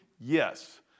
yes